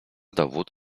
dowód